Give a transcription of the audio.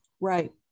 Right